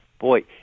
boy